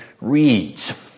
reads